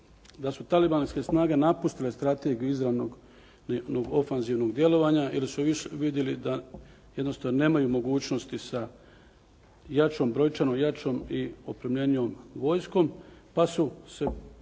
da su talibanske snage napustile strategiju izravnog ofanzivnog djelovanja ili su vidjeli da jednostavno nemaju mogućnosti sa jačom brojčanom, jačom i opremljenijom vojskom pa su se